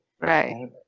Right